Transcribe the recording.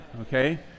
Okay